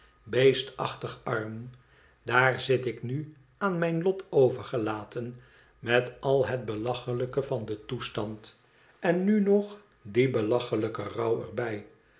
beestachtig arm daar zit ik nu aan mijn lot overgelaten met al het belachelijke van den toestand en nu nog dien belachelijken rouw er bij